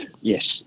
Yes